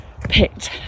picked